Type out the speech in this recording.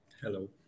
Hello